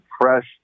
fresh